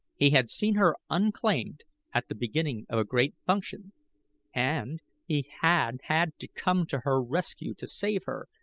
he had seen her unclaimed at the beginning of a great function and he had had to come to her rescue to save her,